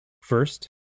First